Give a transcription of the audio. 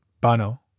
bano